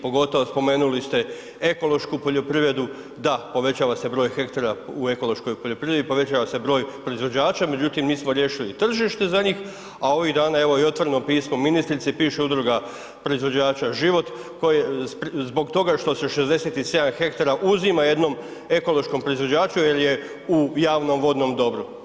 Pogotovo spomenuli ste ekološku poljoprivredu, da, povećava se broj hektara u ekološkoj poljoprivredi, povećava se broj proizvođača međutim, nismo riješili tržište za njih a ovih dana evo i otvoreno pismo ministrici, piše udruga proizvođača Život zbog toga što se 67 ha uzima jednom ekološkom proizvođaču jer je u javnom-vodnom dobru.